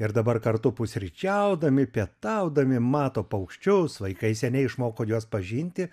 ir dabar kartu pusryčiaudami pietaudami mato paukščius vaikai seniai išmoko juos pažinti